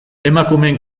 emakumeen